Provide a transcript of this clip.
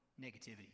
negativity